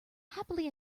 happily